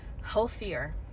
healthier